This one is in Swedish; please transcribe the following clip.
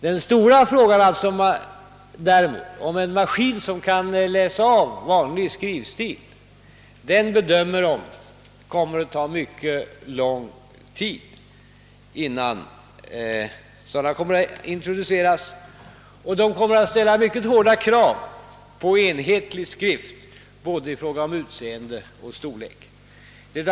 Vad beträffar den stora frågan om maskiner som kan läsa av vanlig skrivstil anses det komma att ta mycket lång tid innan sådana introduceras. Dessa kommer också att ställa mycket hårda krav på enhetlig skrivning i fråga om både utseende och storlek.